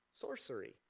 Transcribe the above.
sorcery